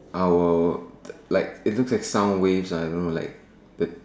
our our like it looks like sound waves I don't know like the